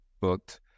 booked